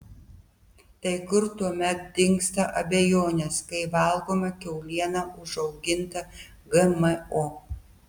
tai kur tuomet dingsta abejonės kai valgome kiaulieną užaugintą gmo